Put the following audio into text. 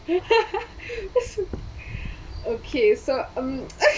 okay so um